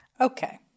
Okay